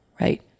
Right